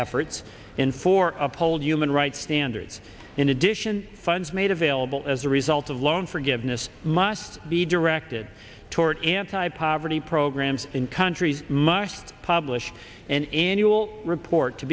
efforts in four uphold human rights standards in addition funds made available as a result of loan forgiveness must be directed toward anti poverty programs in countries must publish an annual report to